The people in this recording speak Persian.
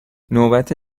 نوبت